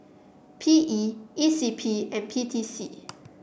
P E E C P and P T C